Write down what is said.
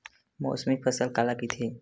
मौसमी फसल काला कइथे?